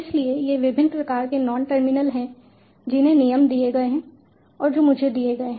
इसलिए ये विभिन्न प्रकार के नॉन टर्मिनल हैं जिन्हें नियम दिए गए हैं और जो मुझे दिए गए हैं